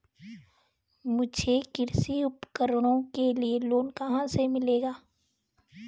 मुझे कृषि उपकरणों के लिए लोन कहाँ से मिलेगा?